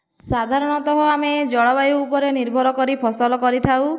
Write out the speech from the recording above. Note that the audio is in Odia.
ସାଧାରଣତଃ ଆମେ ଜଳବାୟୁ ଉପରେ ନିର୍ଭର କରି ଫସଲ କରିଥାଉ